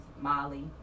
Molly